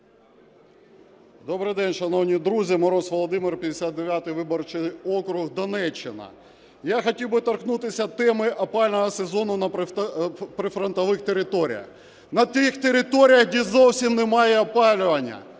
Добрий день, шановні друзі! Мороз Володимир, 59 виборчий округ, Донеччина. Я хотів би торкнутися теми опалювального сезону на прифронтових територіях, на тих територіях, де зовсім немає опалювання,